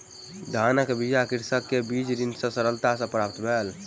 धानक बीया कृषक के बीज बैंक सॅ सरलता सॅ प्राप्त भेल